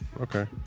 Okay